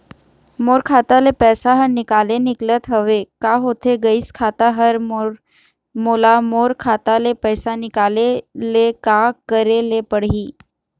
मोर खाता ले पैसा हर निकाले निकलत हवे, का होथे गइस खाता हर मोर, मोला मोर खाता ले पैसा निकाले ले का करे ले पड़ही?